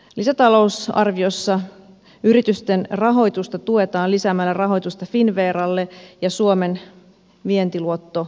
lisätalousarviossa yritysten rahoitusta tuetaan lisäämällä rahoitusta finnveralle ja suomen vientiluotto oylle